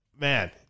Man